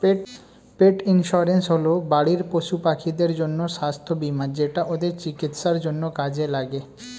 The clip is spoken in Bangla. পেট ইন্সুরেন্স হল বাড়ির পশুপাখিদের জন্য স্বাস্থ্য বীমা যেটা ওদের চিকিৎসার জন্য কাজে লাগে